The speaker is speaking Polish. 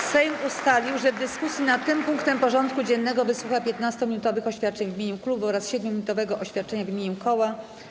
Sejm ustalił, że dyskusji nad tym punktem porządku dziennego wysłucha 15-minutowych oświadczeń w imieniu klubów oraz 7-minutowego oświadczenia w imieniu koła.